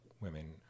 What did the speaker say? women